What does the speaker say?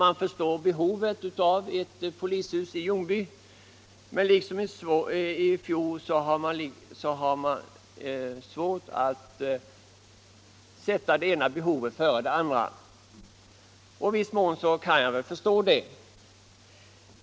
Man förstår behovet av ett polishus i Ljungby, men liksom i fjol har man svårt att sätta detta före liknande behov i andra orter, och i viss mån kan jag väl förstå det.